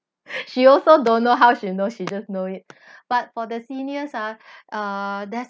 she also don't know how she knows she just know it but for the seniors ah there's